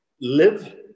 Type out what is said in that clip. live